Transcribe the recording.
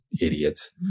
Idiots